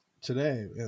today